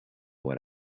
what